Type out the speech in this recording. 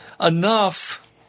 enough